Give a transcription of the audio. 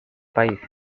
país